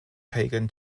pagan